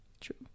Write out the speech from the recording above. True